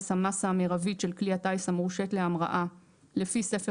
- המסה המירבית של כלי הטיס המורשית להמראה לפי ספר